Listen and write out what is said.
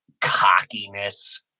cockiness